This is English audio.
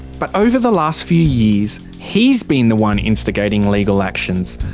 but over the last few years, he's been the one instigating legal actions,